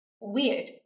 Weird